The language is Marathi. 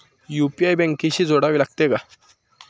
यु.पी.आय बँकेशी जोडावे लागते का?